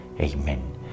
Amen